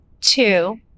two